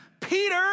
Peter